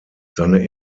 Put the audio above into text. seine